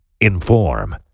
inform